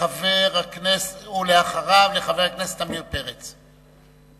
לחבר הכנסת עמיר פרץ.